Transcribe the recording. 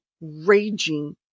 raging